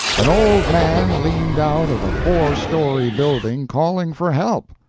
an old man leaned out of a four-story building, calling for help.